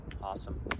awesome